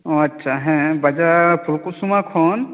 ᱚ ᱟᱪᱷᱟ ᱦᱮᱸ ᱵᱟᱡᱟᱨ ᱯᱷᱩᱞᱠᱩᱥᱢᱟ ᱠᱷᱚᱱ